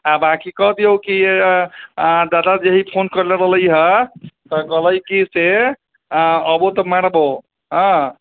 आ बांकी कह दिहो की दादाजी भी फोन करलै रहय कहबै की से अबौ तऽ मारबौ